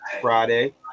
friday